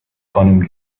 خانوم